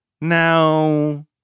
Now